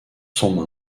sont